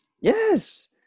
Yes